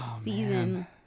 season